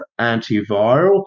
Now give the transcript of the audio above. antiviral